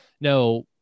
no